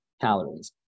calories